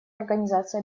организации